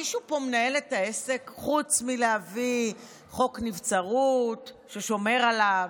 מישהו פה מנהל את העסק חוץ מלהביא חוק נבצרות ששומר עליו,